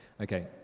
Okay